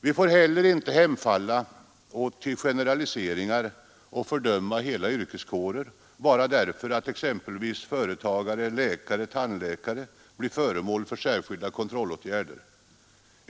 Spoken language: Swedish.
Vi får inte heller hemfalla till generaliseringar och fördöma hela yrkeskårer bara därför att t.ex. företagare, läkare och tandläkare blir föremål för särskilda kontrollåtgärder.